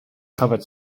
covered